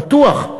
בטוח,